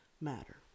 matter